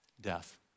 death